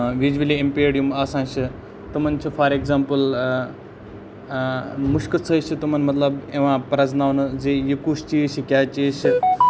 visually impaired یِم آسان چھِ تِمَن چھِ فار اٮ۪کزامپٕل مُشکہٕ سۭتۍ چھِ تِمَن مطلب یِوان پرٛزناونہٕ زِ یہِ کُس چیٖز چھِ کیاہ چھِ